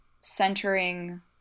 centering